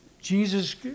Jesus